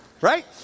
Right